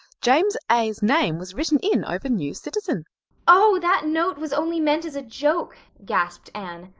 james a s name was written in over new citizen oh, that note was only meant as a joke, gasped anne.